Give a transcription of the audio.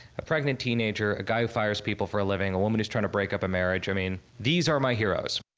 a pregnant teenager, a guy who fires people for a living, a woman who's trying to break up a marriage. i mean these are my heroes.